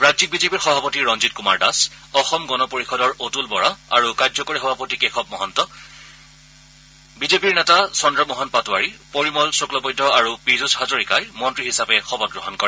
ৰাজ্যিক বিজেপিৰ সভাপতি ৰঞ্জিত কুমাৰ দাস অসম গণ পৰিযদৰ অতুল বৰা আৰু কাৰ্যকৰী সভাপতি কেশৱ মহন্ত জ্যেষ্ঠ বিজেপিৰ নেতা চন্দ্ৰ মোহন পাটোৱাৰী পৰিমল শুক্লবৈদ্য আৰু পিয়ুষ হাজৰিকাই মন্ত্ৰী হিচাপে শপত গ্ৰহণ কৰে